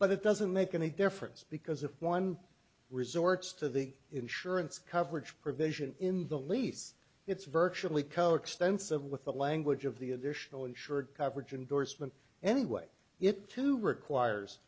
but it doesn't make any difference because if one resorts to the insurance coverage provision in the lease it's virtually coextensive with the language of the additional insured coverage and or swim anyway it to requires